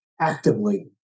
actively